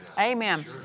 Amen